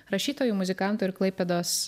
rašytoju muzikantu ir klaipėdos